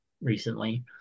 recently